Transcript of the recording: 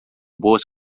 boas